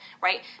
right